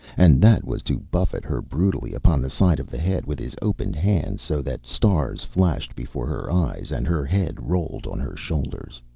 and that was to buffet her brutally upon the side of the head with his open hand, so that stars flashed before her eyes and her head rolled on her shoulders.